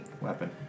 weapon